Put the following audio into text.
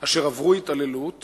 אשר עברו התעללות